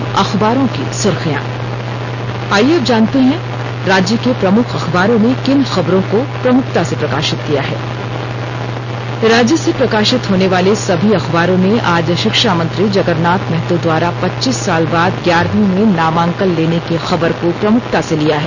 अब अखबारों की सुर्खियां और आईये अब सुनते हैं राज्य के प्रमुख अखबारों ने किन खबरों को प्रमुखता से प्रकाशित किया है राज्य से प्रकाशित होने वाले सभी अखबारों ने आज शिक्षा मंत्री जगरनाथ महतों द्वारा पच्चीस साल बाद ग्यारहवीं में नामांकन लेने की खबर को प्रमुखता से लिया है